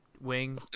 Wing